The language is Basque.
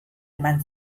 eman